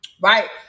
right